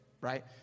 right